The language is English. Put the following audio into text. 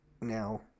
Now